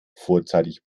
vorzeitig